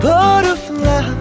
Butterfly